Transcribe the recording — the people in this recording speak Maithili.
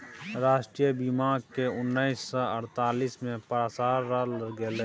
राष्ट्रीय बीमाक केँ उन्नैस सय अड़तालीस मे पसारल गेलै